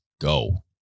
go